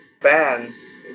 bands